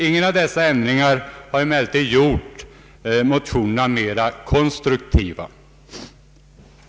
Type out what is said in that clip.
Ingen av dessa förändringar har emellertid gjort motionerna mer konstruktiva.